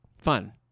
fun